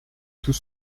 tout